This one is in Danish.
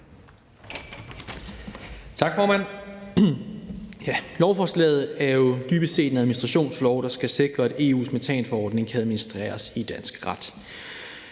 Tak, formand. Lovforslaget er jo dybest set en administrationslov, der skal sikre, at EU's metanforordning kan administreres i dansk ret.